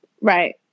right